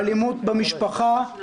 באלימות במשפחה,